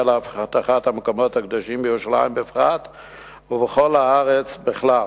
לאבטחת המקומות הקדושים בירושלים בפרט ובכל הארץ בכלל.